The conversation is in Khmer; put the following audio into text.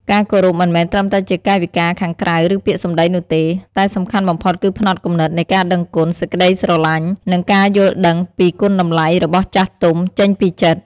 ការគោរពមិនមែនត្រឹមតែជាកាយវិការខាងក្រៅ ឬពាក្យសម្ដីនោះទេ តែសំខាន់បំផុតគឺផ្នត់គំនិតនៃការដឹងគុណ សេចក្តីស្រឡាញ់ និងការយល់ដឹងពីគុណតម្លៃរបស់ចាស់ទុំចេញពីចិត្ត។